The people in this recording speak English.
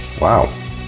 Wow